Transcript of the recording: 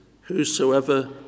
whosoever